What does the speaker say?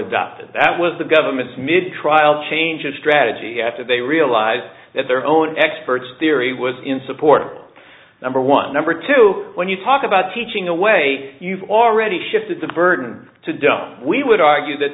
adopted that was the government's mid trial change of strategy after they realized that their own experts theory was in support number one number two when you talk about teaching a way you've already shifted the burden to don't we would argue that